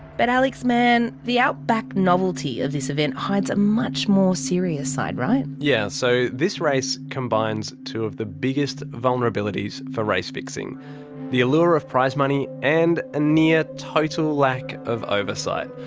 but alex mann. the outback novelty of this event hides a much more serious side. right? yeah. so the race combines two of the biggest vulnerabilities for race fixing the allure of prize money, and a near total lack of oversight.